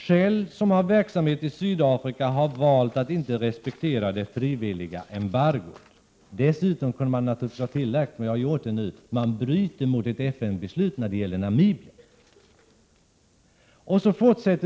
Shell som har verksamhet i Sydafrika har valt att inte respektera det frivilliga embargot.” Man hade kunnat tillägga att företaget bryter mot ett FN-beslut när det gäller Namibia.